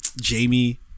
Jamie